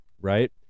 right